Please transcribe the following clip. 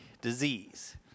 disease